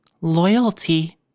loyalty